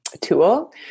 tool